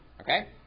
Okay